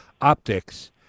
optics